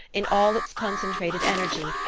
in all its concentrated energy,